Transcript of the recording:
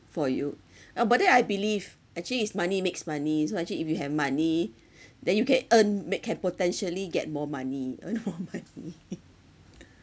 for you uh but then I believe actually is money makes money so actually if you have money then you can earn make can potentially get more money earn more money